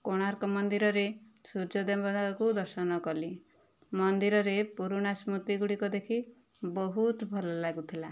କୋଣାର୍କ ମନ୍ଦିରରେ ସୂର୍ଯ୍ୟ ଦେବତାଙ୍କୁ ଦର୍ଶନ କଲି ମନ୍ଦିରରେ ପୁରୁଣା ସ୍ମୃତି ଗୁଡ଼ିକ ଦେଖି ବହୁତ ଭଲ ଲାଗୁଥିଲା